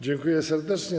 Dziękuję serdecznie.